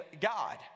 God